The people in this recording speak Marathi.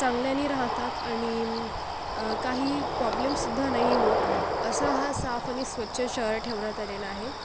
चांगल्यानी राहतात आणि काहीही प्रॉब्लेमसुद्धा नाही होत असा हा साफ आणि स्वच्छ शहर ठेवण्यात आलेलं आहे